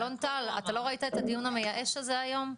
אלון טל, אתה לא ראית את הדיון המייאש הזה היום?